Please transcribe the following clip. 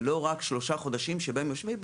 זה לא רק שלושה חודשים שבהם יושבים,